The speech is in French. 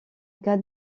cas